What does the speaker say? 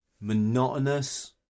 monotonous